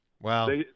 Wow